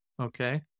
okay